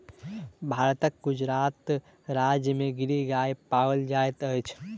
भारतक गुजरात राज्य में गिर गाय पाओल जाइत अछि